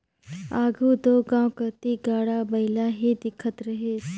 आघु दो गाँव कती गाड़ा बइला ही दिखत रहिस